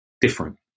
different